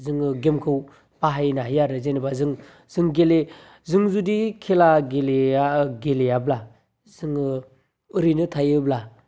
जोङो गेमखौ बाहायनो हायो आरो जेनोबा जों जों गेले जों जुदि खेला गेलेया गेलेयाबा जोङो ओरैनो थायोब्ला